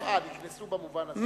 אבל זה לא, נקנסו במובן הזה.